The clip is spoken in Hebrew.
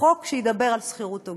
חוק שידבר על שכירות הוגנת.